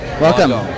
welcome